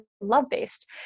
love-based